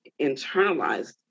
internalized